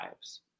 lives